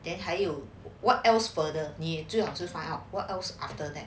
then 还有 what else further 你最好是 find out what else after that